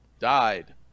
Died